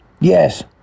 Yes